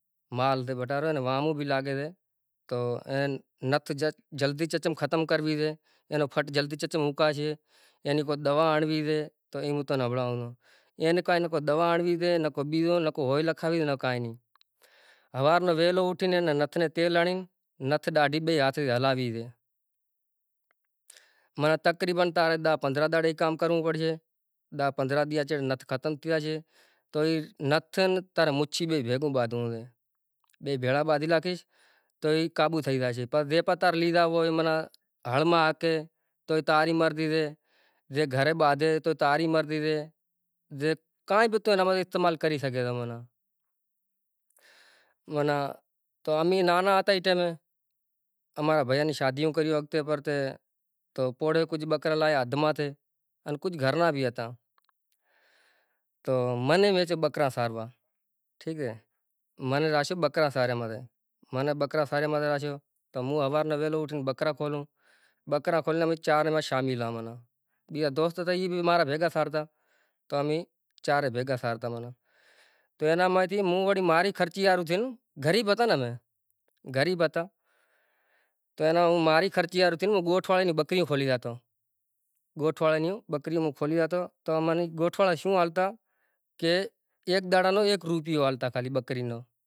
مال بی وٹارے اینے واھمو بی لاگے اے۔ تو اینے نتھ جلدی چچم ختم کروے سے، اینو پھٹ جلدی چچم اوکاشے، اینی کو دوا ہنوی اے تو اینو تمنے ہمڑاوا نو۔ اینے کائن نا کائں دوا ہنڑوی اے، اینے کوئی بیہو کوئی لکھاوو ہی نا کوئی نئی کائی نئی۔ ہوار نا ویلو اٹھی نے نے نتھ نے تیل ہنڑی، نتھ ڈاڈی بئی ہاتھے تی ہلاویے اے۔ معنی تقریبا ڈھ پندرہ تاریخ کام کروو پڑسے، ڈھ پندرہ ڈین نتھ ختم چھے اج، تو ای نتھ نے تارا مچھی بے بھیگوں بادھوو سے۔ بے بھیڑا بادھی لاکھیش تو ای قابو تھئی جائی چھے پر جے پتار لیدھا ہوئی معنی ہنر ما آکھے، تو ای تاری مرزی اے، جے گھرے بادھے تو تارے مرضی سے کائیں بی تو اینا ما تی استعمال کری سگے سے معنی۔ معنی تو امی نانا ہتا ای ٹائمے امارا بھیا نی شادیوں کئیریوں ہرتے پھرتے، تو پوڑے کجھ بکرا لایا ادھ ماتھے، کجھ گھر نا بھی ہتا۔ تو منے ویجے بکرا ساروا۔ ٹھیک سے۔ منے راشیو بکرا ساروا ماٹے۔ منے بکرا سارے ماٹے راشیو۔ تو ہوں ہوار نا ویلا اٹھی نے بکرا کھولوں بکرا کھولی نی پہی چار ایما شامل رہا معنی۔ بیجا دوست ہتا ای بی مارا بھیگا سارتا تو امی چارے بھیگا سارتا معنی۔ تو اینا پا تھی موں وٹ ماری خرچی ہاری تھیوں ، غریب ہتا نا امے غریب ہتا تو ماری خرچی ہاری ماٹے گوٹ وارا جی بکری کھولی راکھتو۔ گوٹ وارا نی بکری ہوں کھولی راکھتو تو معنی گوٹھ وارا شو آلتا، ایک ڈاڑالو ایک روپیو آلتا خالی بکری نو۔